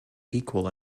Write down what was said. equal